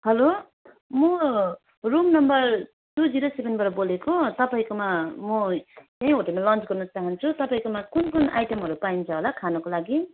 hello म room number two zero सेभेनबाट बोलेको तपाईँकोमा म यही होटलमा लन्च गर्न चाहन्छु तपाईँकोमा कुन कुन आइटमहरू पाइन्छ होला खानुको लागि